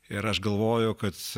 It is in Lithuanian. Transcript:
ir aš galvoju kad